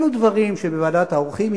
אלו דברים שבוועדת העורכים,